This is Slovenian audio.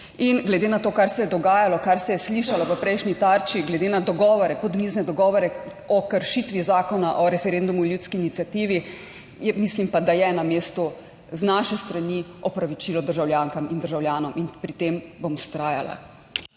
In glede na to, kar se je dogajalo, kar se je slišalo v prejšnji Tarči, glede na dogovore, podmizne dogovore o kršitvi Zakona o referendumu in ljudski iniciativi, mislim pa, da je na mestu z naše strani opravičilo državljankam in državljanom in pri tem bom vztrajala.